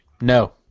No